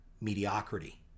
mediocrity